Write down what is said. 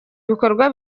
ibikorwa